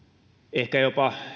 ehkä jopa